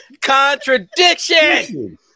Contradiction